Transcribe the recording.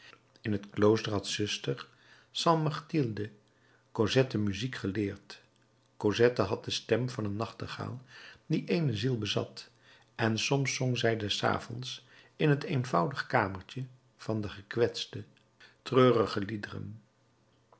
in t klooster had zuster st mechtilde cosette muziek geleerd cosette had de stem van een nachtegaal die eene ziel bezat en soms zong zij des avonds in het eenvoudig kamertje van den gekwetste treurige liederen